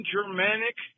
Germanic